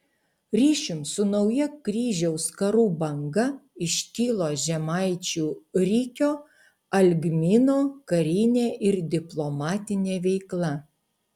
ryšium su nauja kryžiaus karų banga iškilo žemaičių rikio algmino karinė ir diplomatinė veikla